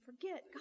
forget